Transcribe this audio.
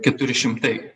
keturi šimtai